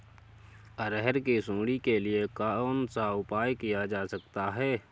अरहर की सुंडी के लिए कौन सा उपाय किया जा सकता है?